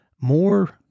more